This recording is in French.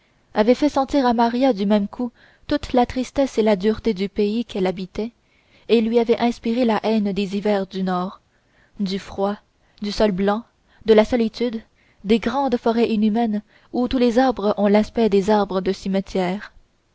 avait fait sentir à maria du même coup toute la tristesse et la dureté du pays qu'elle habitait et lui avait inspiré la haine des hivers du nord du froid du sol blanc de la solitude des grandes forêts inhumaines où tous les arbres ont l'aspect des arbres de cimetière